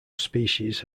species